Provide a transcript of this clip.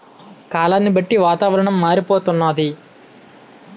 కాలాన్ని బట్టి వాతావరణం మారిపోతన్నాది